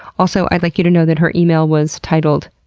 also, i'd like you to know that her email was titled,